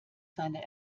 seine